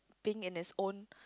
being in his own